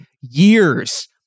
years